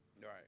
Right